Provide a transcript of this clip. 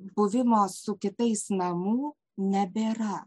buvimo su kitais namų nebėra